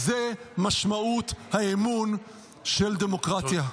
זו משמעות האמון של דמוקרטיה.